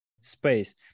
space